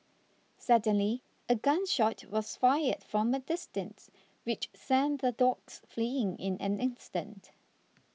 suddenly a gun shot was fired from a distance which sent the dogs fleeing in an instant